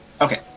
Okay